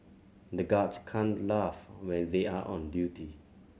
the guards can't laugh when they are on duty